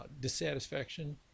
dissatisfaction